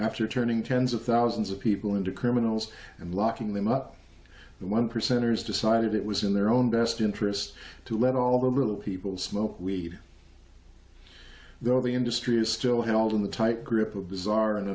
after turning tens of thousands of people into criminals and locking them up one percenters decided it was in their own best interest to let all the little people smoke we go the industry is still held in the tight grip of bizarre and